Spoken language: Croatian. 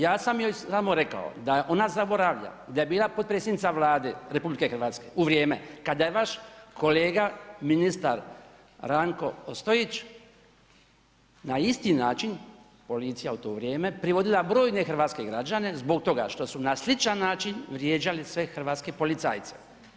Ja sam joj samo rekao da ona zaboravlja da je bila potpredsjednica Vlade RH u vrijeme kada je vaš kolega ministar Ranko Ostojić na isti način, policija u to vrijeme privodila brojne hrvatske građane zbog toga što su na sličan način vrijeđali sve hrvatske policajce.